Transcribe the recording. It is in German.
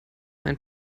mein